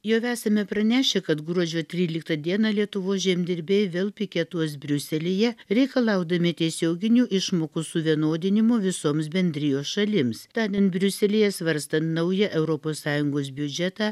jau esame pranešę kad gruodžio tryliktą dieną lietuvos žemdirbiai vėl piketuos briuselyje reikalaudami tiesioginių išmokų suvienodinimo visoms bendrijos šalims tądien briuselyje svarstant naują europos sąjungos biudžetą